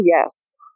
yes